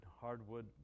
hardwood